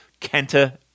Kenta